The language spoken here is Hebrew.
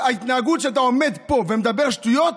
ההתנהגות כשאתה עומד פה ומדבר שטויות,